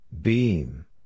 Beam